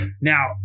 Now